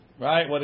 Right